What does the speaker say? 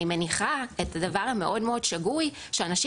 מניחה את הדבר המאוד מאוד שגוי שאנשים